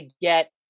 get